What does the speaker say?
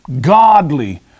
godly